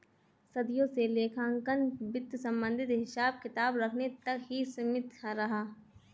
सदियों से लेखांकन वित्त संबंधित हिसाब किताब रखने तक ही सीमित रहा